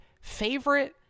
favorite